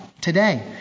today